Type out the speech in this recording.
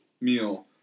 meal